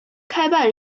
开办